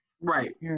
Right